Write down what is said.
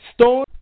Stone